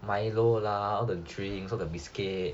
milo lah all the drinks all the biscuit